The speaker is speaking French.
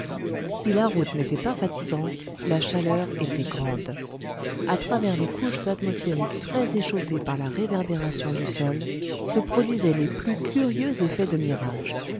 si la route n'était pas fatigante la chaleur était grande a travers les couches atmosphériques très échauffées par la réverbération du sol se produisaient les plus curieux effets de mirage